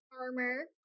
armor